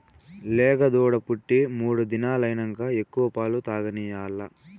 లేగదూడ పుట్టి మూడు దినాలైనంక ఎక్కువ పాలు తాగనియాల్ల